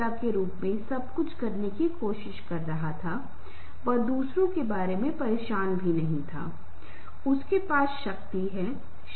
मान लीजिए कि एक दिन एक सुबह आप पाते हैं कि मेरे अधीनस्थ मेरे सहयोगी किसी भी कारण से मुझे अभिनन्दन नहीं कर रहे हैं